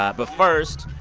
ah but first,